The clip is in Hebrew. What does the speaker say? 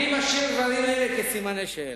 אני משאיר דברים אלה כסימני שאלה.